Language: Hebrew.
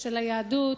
של היהדות,